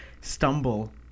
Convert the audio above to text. stumble